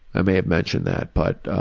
i may have mentioned that but